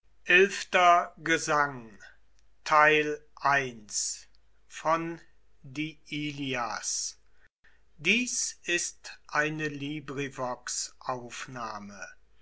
dies ist dir